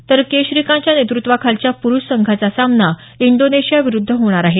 तर के श्रीकांतच्या नेतृत्वाखालच्या पुरुष संघाचा सामना इंडोनेशियाविरुद्ध होणार आहे